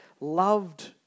loved